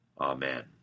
amen